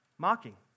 mocking